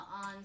on